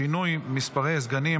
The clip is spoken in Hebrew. (שינוי מספרי סגנים),